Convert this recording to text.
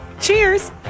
Cheers